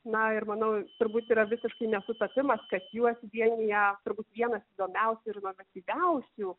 na ir manau turbūt yra visiškai nesutapimas kas juos vienija turbūt vienas įdomiausių ir inovatyviausių